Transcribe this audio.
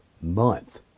month